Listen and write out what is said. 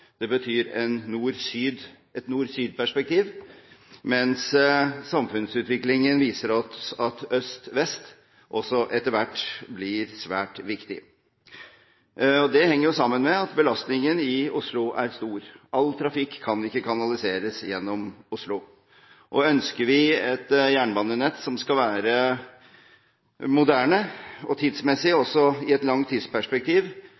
Det betyr et nord–syd-perspektiv, mens samfunnsutviklingen viser oss at øst–vest også etter hvert blir svært viktig. Det henger sammen med at belastningen i Oslo er stor. All trafikk kan ikke kanaliseres gjennom Oslo. Ønsker vi et jernbanenett som skal være moderne og tidsmessig også i et langt tidsperspektiv,